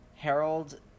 harold